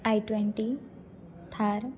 I twenty Thar